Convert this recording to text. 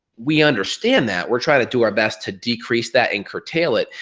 we understand that, we're trying to do our best to decrease that and curtail it,